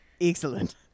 Excellent